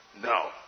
No